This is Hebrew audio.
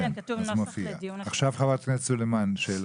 חברת הכנסת סלימאן.